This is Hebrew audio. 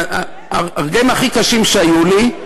הרגעים הכי קשים שהיו לי,